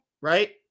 right